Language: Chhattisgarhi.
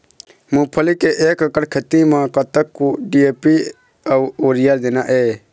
मूंगफली के एक एकड़ खेती म कतक डी.ए.पी अउ यूरिया देना ये?